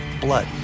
blood